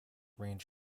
range